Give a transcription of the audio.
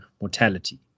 mortality